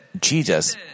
Jesus